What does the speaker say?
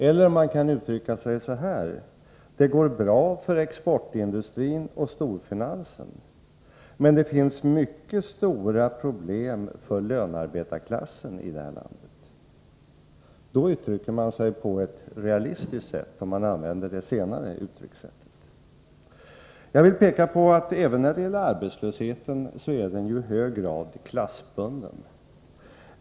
Man kan också uttrycka sig så här: Det går bra för exportindustrin och storfinansen, men det finns mycket stora problem för lönarbetarklassen i det här landet. Om man använder det senare uttryckssättet uttrycker man sig på ett realistiskt sätt. Jag vill peka på att även arbetslösheten i hög grad är klassbunden.